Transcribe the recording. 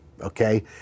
okay